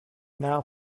now